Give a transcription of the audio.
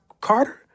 Carter